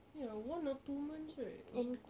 ya one or two months right that's all